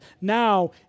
now